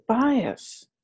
bias